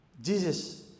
Jesus